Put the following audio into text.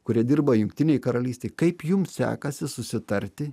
kurie dirba jungtinėj karalystėj kaip jums sekasi susitarti